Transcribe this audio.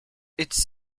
its